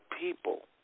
people